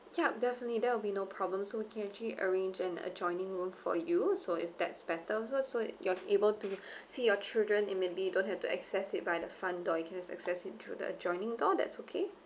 yup definitely that will be no problem so we can actually arrange an adjoining room for you so if that's better so so you're able to see your children and maybe you don't have to access it by the front door you can access through the adjoining door that's okay